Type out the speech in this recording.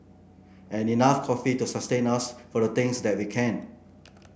and enough coffee to sustain us for the things that we can